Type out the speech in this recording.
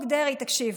תקשיבו,